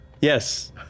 Yes